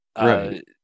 right